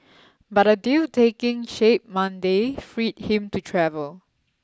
but a deal taking shape Monday freed him to travel